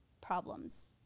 problems